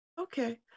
Okay